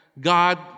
God